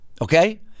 Okay